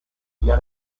día